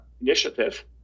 Initiative